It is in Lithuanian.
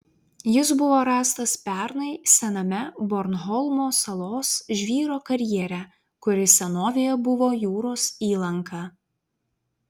jis buvo rastas pernai sename bornholmo salos žvyro karjere kuris senovėje buvo jūros įlanka